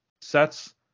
sets